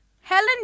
helen